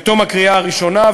בתום הקריאה הראשונה,